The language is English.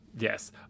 Yes